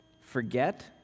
Forget